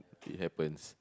it happens